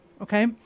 okay